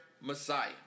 Messiah